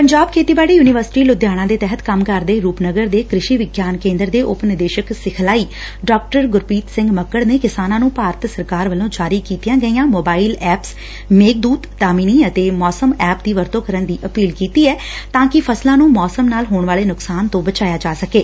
ਪੰਜਾਬ ਖੇਤੀਬਾਤੀ ਯੁਨੀਵਰਸਿਟੀ ਲੁਧਿਆਣਾ ਦੇ ਤਹਿਤ ਕੰਮ ਕਰਦੇ ਰੁਪਨਗਰ ਦੇ ਕ੍ਰਿਸ਼ੀ ਵਿਗਿਆਨ ਕੇਂਦਰ ਦੇ ਉਪ ਨਿਦੇਸ਼ਕ ਸਿਖਲਾਈ ਡਾ ਗੁਰਪ੍ਰੀਤ ਸਿੰਘ ਮੱਕੜ ਨੇ ਕਿਸਾਨਾ ਨੰ ਭਾਰਤ ਸਰਕਾਰ ਵੱਲੋਾਂ ਜਾਰੀ ਕੀਤੀਆਂ ਗਈਆਂ ਮੋਬਾਈਲ ਐਪਸ ਮੇਘਦੂਤ ਦਾਮਿਨੀ ਅਤੇ ਮੌਸਮ ਐਪ ਦੀ ਵਰਤੋਂ ਕਰਨ ਦੀ ਅਪੀਲ ਕੀਤੀ ਐ ਤਾਂ ਕਿ ਫਸਲਾਂ ਨੂੰ ਮੌਸਮ ਨਾਲ ਹੋਣ ਵਾਲੇ ਨੁਕਸਾਨ ਤੋਂ ਬਚਾਇਆ ਜਾ ਸਕੇ